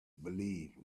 believe